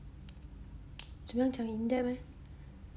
怎样讲 in depth eh